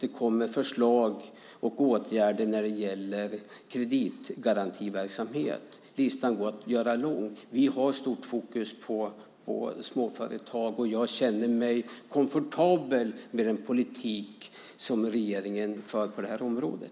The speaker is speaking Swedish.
Det kommer förslag och åtgärder när det gäller kreditgarantiverksamhet. Det går att göra listan lång. Vi har stort fokus på småföretag, och jag känner mig komfortabel med den politik som regeringen för på det här området.